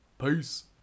Peace